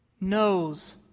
knows